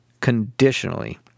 conditionally